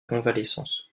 convalescence